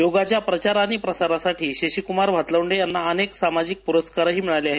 योगाच्या प्रचार आणि प्रसारासाठी शशिकुमार भातलवंडे यांना अनेक सामाजिक प्रस्कारही मिळाले आहेत